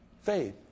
Faith